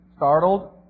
Startled